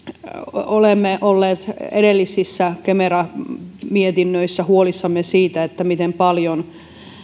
olemme olleet edellisissä kemera mietinnöissä huolissamme siitä miten paljon